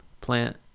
plant